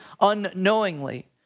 unknowingly